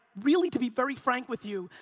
really to be very frank with you,